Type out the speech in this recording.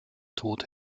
tod